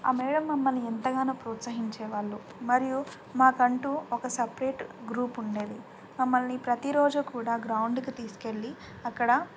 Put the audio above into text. ఆ మేడమ్ మమ్మల్ని ఎంతగానో ప్రోత్సహించేవాళ్ళు మరియు మాకంటూ ఒక సెపరేట్ గ్రూప్ ఉండేది మమ్మల్ని ప్రతిరోజు కూడా గ్రౌండ్కి తీసుకెళ్ళి అక్కడ